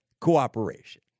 cooperation